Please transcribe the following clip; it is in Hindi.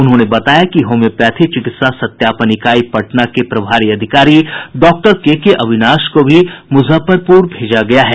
उन्होंने बताया कि होमियोपैथी चिकित्सा सत्यापन इकाई पटना के प्रभारी अधिकारी डॉक्टर केकेअविनाश को भी मुजफ्फरपुर भेजा गया है